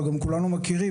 אבל גם כולנו מכירים,